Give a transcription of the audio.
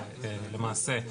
למעשה,